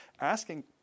asking